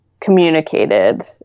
communicated